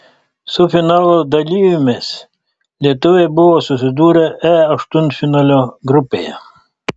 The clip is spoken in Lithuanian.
su finalo dalyvėmis lietuviai buvo susidūrę e aštuntfinalio grupėje